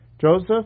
Joseph